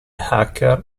hacker